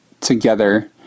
together